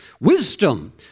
Wisdom